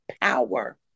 power